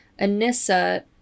Anissa